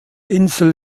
insel